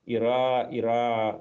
yra yra